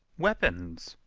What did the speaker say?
weapons!